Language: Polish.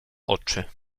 oczy